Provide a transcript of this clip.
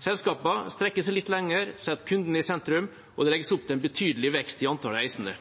Selskapene strekker seg litt lenger, de setter kundene i sentrum, og det legges opp til en betydelig vekst i antall reisende.